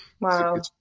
wow